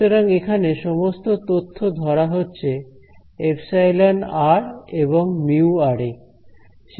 সুতরাং এখানে সমস্ত তথ্য ধরা হচ্ছে εr এবং μr এ